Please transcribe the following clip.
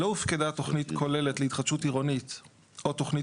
"לא הופקדה תוכנית כוללת להתחדשות עירונית או תוכנית